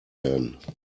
werden